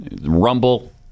Rumble